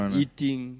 eating